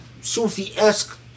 Sufi-esque